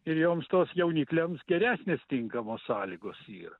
ir joms tos jaunikliams geresnės tinkamos sąlygos yra